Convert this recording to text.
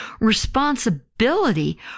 responsibility